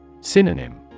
Synonym